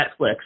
Netflix